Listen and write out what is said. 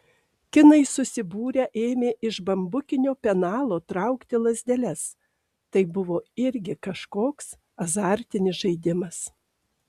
kinai susibūrę ėmė iš bambukinio penalo traukti lazdeles tai buvo irgi kažkoks azartinis žaidimas